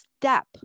step